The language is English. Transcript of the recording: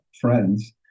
friends